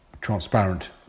transparent